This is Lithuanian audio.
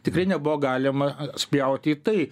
tikrai nebuvo galima spjauti į tai